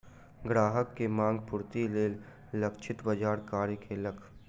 ग्राहक के मांग पूर्तिक लेल लक्षित बाजार कार्य केलक